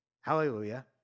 Hallelujah